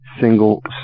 single